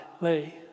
lay